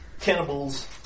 Cannibal's